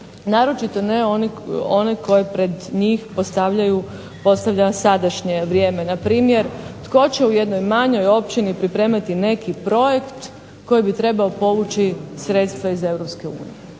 naročito ne one koji pred njih postavlja sadašnje vrijeme. Npr. tko će u jednoj manjoj općini pripremati neki projekt koji bi trebao povući sredstva iz